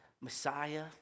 Messiah